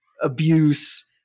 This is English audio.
abuse